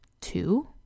two